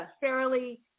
fairly